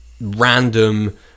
random